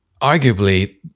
arguably